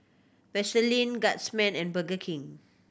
Vaseline Guardsman and Burger King